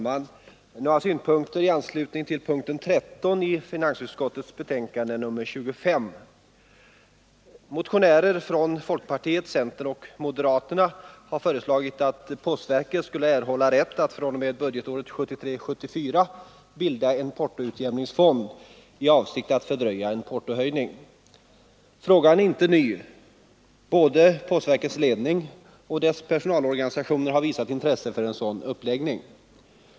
Herr talman! Några synpunkter i anslutning till punkten 13 i finansutskottets betänkande nr 25. Motionärer från folkpartiet, centerpartiet och moderata samlingspartiet har föreslagit att postverket skulle erhålla rätt att fr.o.m. budgetåret 1973/74 bilda en portoutjämningsfond i avsikt att fördröja en ny portohöjning. Frågan är inte ny. Både postverkets ledning och dess personalorganisationer har visat intresse för en sådan uppläggning.